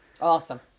Awesome